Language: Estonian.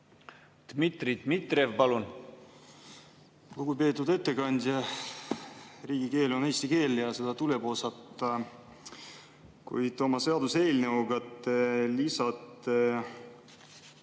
Dmitri Dmitrijev, palun! Lugupeetud ettekandja! Riigikeel on eesti keel ja seda tuleb osata. Kuid oma seaduseelnõuga te lisate